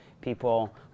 People